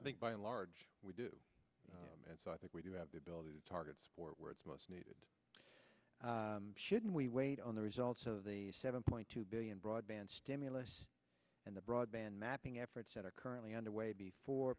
i think by and large we do and so i think we do have the ability to target or where it's most needed shouldn't we wait on the results of the seven point two billion broadband stimulus and the broadband mapping efforts that are currently underway before